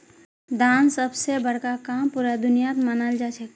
दान सब स बड़का काम पूरा दुनियात मनाल जाछेक